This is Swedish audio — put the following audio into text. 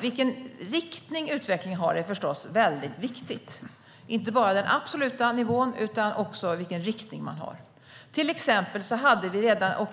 Vilken riktning utvecklingen har är förstås mycket viktigt - alltså inte bara den absoluta nivån utan också vilken riktning man har.